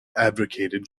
advocated